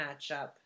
matchup